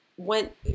Went